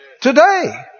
today